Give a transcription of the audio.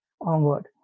onward